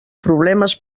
problemes